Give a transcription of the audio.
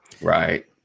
right